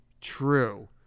true